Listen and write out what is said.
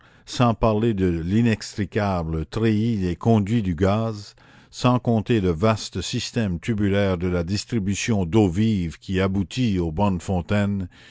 sans parler de l'inextricable treillis des conduits du gaz sans compter le vaste système tubulaire de la distribution d'eau vive qui aboutit aux bornes fontaines